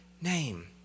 name